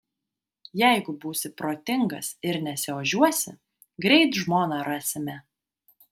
jeigu būsi protingas ir nesiožiuosi greit žmoną rasime